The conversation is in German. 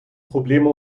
probleme